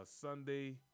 Sunday